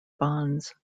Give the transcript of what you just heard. bonds